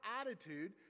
attitude